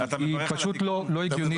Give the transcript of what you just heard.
היא פשוט לא הגיונית.